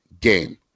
game